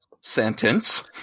sentence